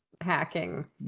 hacking